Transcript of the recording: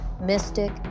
mystic